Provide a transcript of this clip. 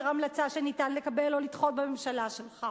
המלצה שניתן לקבל או לדחות בממשלה שלך.